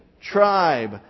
tribe